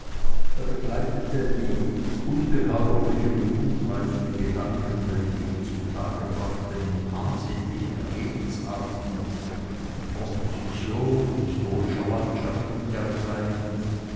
er begleitete die ungeheuerlichen und unreifen gedanken welche ich zutage brachte mit ansehnlichen redensarten von komposition historischer landschaft und dergleichen